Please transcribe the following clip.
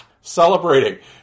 celebrating